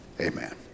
Amen